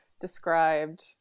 described